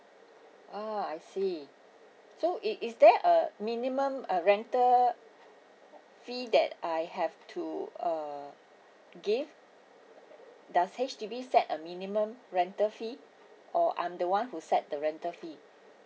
a'ah I see so is is there a minimum uh rental fee that I have to uh give does H_D_B set a minimum rental fee or I'm the one who set the rental fee